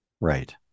Right